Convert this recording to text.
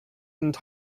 and